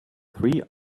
three